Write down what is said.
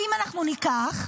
אם אנחנו ניקח,